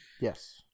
Yes